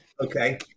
okay